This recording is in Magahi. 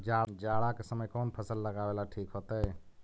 जाड़ा के समय कौन फसल लगावेला ठिक होतइ?